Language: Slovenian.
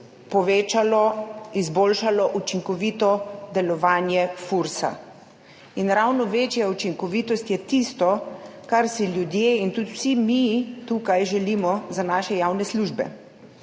povečalo, izboljšalo učinkovito delovanje Fursa in ravno večja učinkovitost je tisto, kar si ljudje in tudi vsi mi tukaj želimo za naše javne službe.